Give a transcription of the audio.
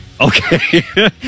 Okay